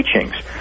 teachings